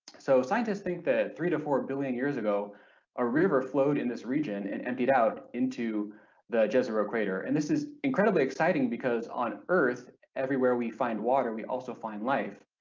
so scientists think that three to four billion years ago a river flowed in this region and emptied out into the jezero crater and this is incredibly exciting because on earth everywhere we find water we also find life.